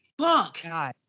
Fuck